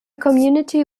community